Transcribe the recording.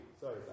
Sorry